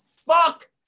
fuck